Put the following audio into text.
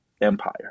empire